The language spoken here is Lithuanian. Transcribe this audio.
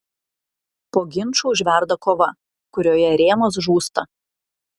po ginčų užverda kova kurioje rėmas žūsta